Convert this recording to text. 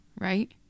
right